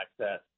access